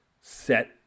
set